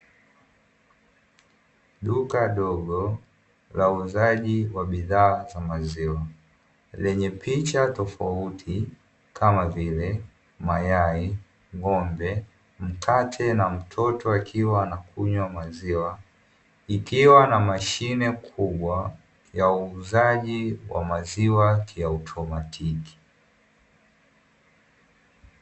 Duka dogo la uuzaji wa bidhaa za maziwa lenye picha tofauti kama vile mayai, ng'ombe, mkate na mtoto akiwa anakunywa maziwa, likiwa na mashine kubwa ya uuzaji wa maziwa kiautomatiki.